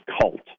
cult